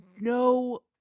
no